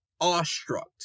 awestruck